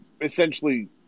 essentially